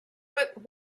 but